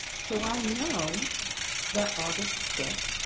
so i know that august five,